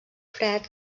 fred